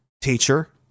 teacher